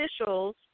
officials